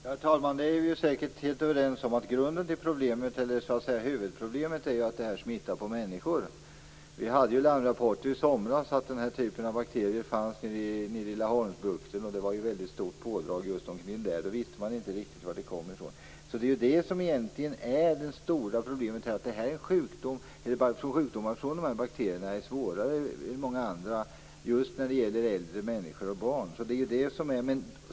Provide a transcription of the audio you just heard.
Herr talman! Vi är säkert helt överens om att huvudproblemet är att människor smittas. Det kom ju larmrapporter i somras att den här bakterien fanns nere vid Laholmsbukten, och det var ett stort pådrag just däromkring. Då visste man inte riktigt varifrån den kom. Det stora problemet är egentligen att sjukdomar från de här bakterierna är svårare än många andra sjukdomar just när det gäller äldre människor och barn.